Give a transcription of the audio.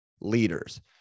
leaders